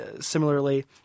similarly